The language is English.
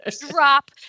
drop